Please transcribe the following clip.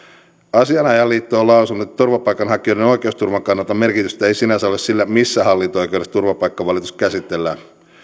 asianajajaliitto on lausunut että turvapaikanhakijoiden oikeusturvan kannalta merkitystä ei sinänsä ole sillä missä hallinto oikeudessa turvapaikkavalitus käsitellään